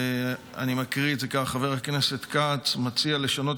אני מקריא את זה כך: חבר הכנסת כץ מציע לשנות